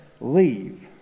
Leave